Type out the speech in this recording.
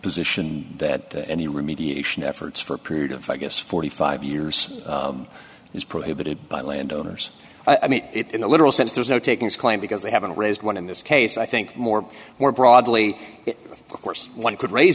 position that any remediation efforts for a period of i guess forty five years is prohibited by landowners i mean it in the literal sense there's no takings claim because they haven't raised one in this case i think more more broadly of course one could raise